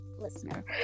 Listener